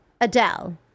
Adele